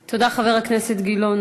תודה, חבר הכנסת גילאון.